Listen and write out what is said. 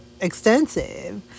extensive